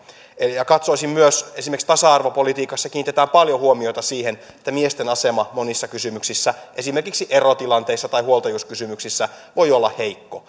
ja katsoisin myös että esimerkiksi tasa arvopolitiikassa kiinnitetään paljon huomiota siihen että miesten asema monissa kysymyksissä esimerkiksi erotilanteissa tai huoltajuuskysymyksissä voi olla heikko